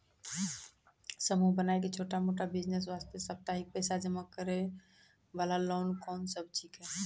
समूह बनाय के छोटा मोटा बिज़नेस वास्ते साप्ताहिक पैसा जमा करे वाला लोन कोंन सब छीके?